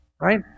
right